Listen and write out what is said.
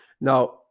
now